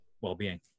well-being